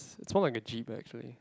it's form likes a G but actually